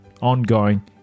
ongoing